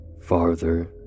farther